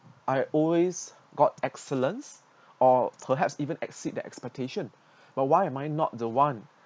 I always got excellence or perhaps even exceed their expectation but why am I not the one